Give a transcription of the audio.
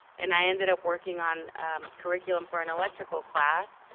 and i ended up working on curriculum for an electrical class.